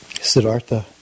Siddhartha